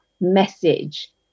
message